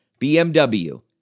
BMW